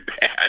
bad